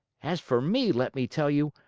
as for me, let me tell you,